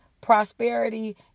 prosperity